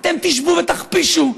אתם תשבו ותכפישו,